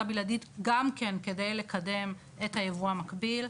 בלעדית גם כן כדי לקדם את היבוא המקביל.